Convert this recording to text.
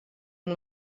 amb